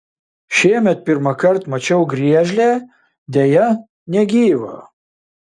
šiemet pirmąkart mačiau griežlę deja negyvą